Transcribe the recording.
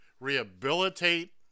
rehabilitate